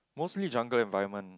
mostly jungle environment